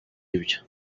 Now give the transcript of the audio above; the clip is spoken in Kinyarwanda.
ibyo